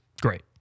great